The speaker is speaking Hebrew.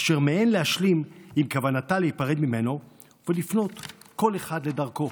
אשר מיאן להשלים עם כוונתה להיפרד ממנו ולפנות כל אחד לדרכו.